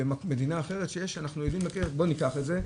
במדינה אחרת שיש שאנחנו יודעים להגיד שניקח את זה,